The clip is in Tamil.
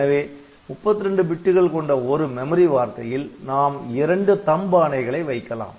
எனவே 32 பிட்டுகள் கொண்ட ஒரு மெமரி வார்த்தையில் நாம் இரண்டு THUMB ஆணைகளை வைக்கலாம்